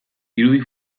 irudi